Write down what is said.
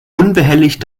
unbehelligt